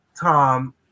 Tom